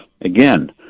again